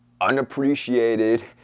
unappreciated